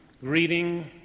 greeting